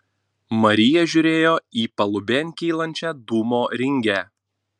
marija žiūrėjo į palubėn kylančią dūmo ringę